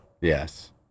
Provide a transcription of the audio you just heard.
yes